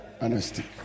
Honesty